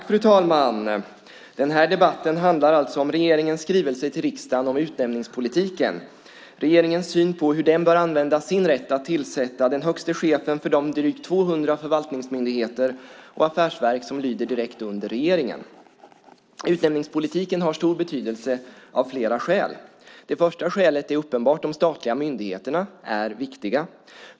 Fru talman! Debatten handlar om regeringens skrivelse till riksdagen om utnämningspolitiken - regeringens syn på hur den bör använda sin rätt att tillsätta de högsta cheferna för de drygt 200 förvaltningsmyndigheter och affärsverk som lyder direkt under regeringen. Utnämningspolitiken har stor betydelse av flera skäl. Det första skälet är uppenbart: De statliga myndigheterna är viktiga.